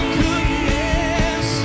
goodness